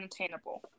unattainable